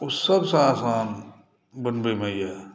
ओ सभसे आसन बनबैमे यऽ